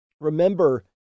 remember